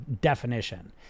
definition